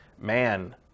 man